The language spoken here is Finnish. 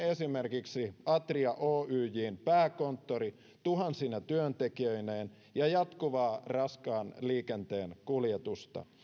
esimerkiksi atria oyjn pääkonttori tuhansine työntekijöineen ja jatkuvaa raskaan liikenteen kuljetusta